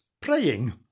praying